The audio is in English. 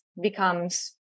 becomes